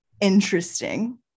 interesting